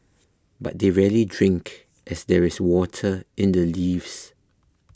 but they rarely drink as there is water in the leaves